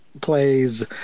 plays